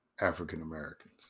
African-Americans